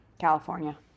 california